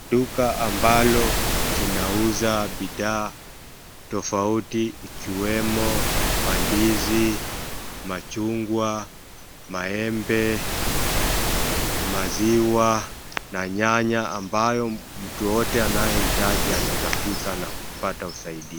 Duka aabalo linauza bidhaa tofauti ikiwemo mandizi, machungwa, maembe, maziwa na nyanya ambayo mtu wowote anayehitaji anaeza fika na kupata usaidizi.